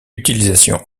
utilisation